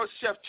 Chef